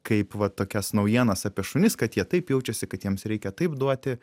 kaip va tokias naujienas apie šunis kad jie taip jaučiasi kad jiems reikia taip duoti